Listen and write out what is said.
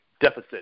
deficit